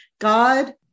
God